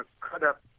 cut-up